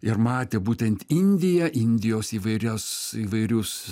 ir matė būtent indiją indijos įvairias įvairius